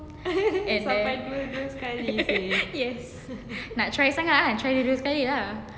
and then yes nak try sangat ah try dua-dua sekali lah